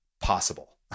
possible